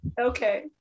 Okay